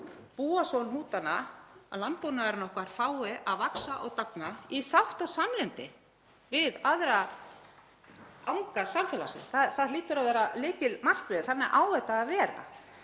búa svo um hnútana að landbúnaðurinn okkar fái að vaxa og dafna í sátt og samlyndi við aðra anga samfélagsins. Það hlýtur að vera lykilmarkmið. Þannig á þetta að vera.